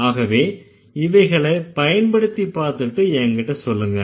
ஆகவே இவைகளை பயன்படுத்திப் பாத்துட்டு எங்கிட்ட சொல்லுங்க